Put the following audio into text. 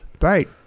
Right